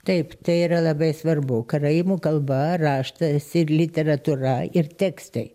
taip tai yra labai svarbu karaimų kalba raštas ir literatūra ir tekstai